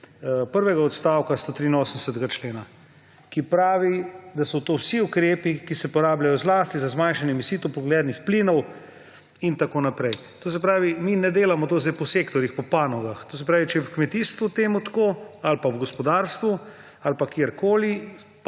prvega odstavka 183. člena, ki pravi, da so to vsi ukrepi, ki se porabljajo zlasti za zmanjšanje emisij toplogrednih plinov, in tako naprej. To se pravi, mi ne delamo tega zdaj po sektorjih, po panogah. Če je v kmetijstvu to tako ali v gospodarstvu ali kjerkoli,